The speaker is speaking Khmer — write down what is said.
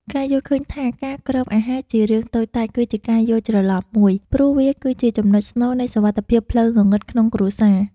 ការយល់ឃើញថាការគ្របអាហារជារឿងតូចតាច គឺជាការយល់ច្រឡំមួយ ព្រោះវាគឺជាចំណុចស្នូលនៃសុវត្ថិភាពផ្លូវងងឹតក្នុងគ្រួសារ។